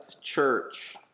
church